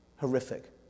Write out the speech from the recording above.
horrific